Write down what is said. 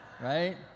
right